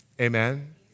Amen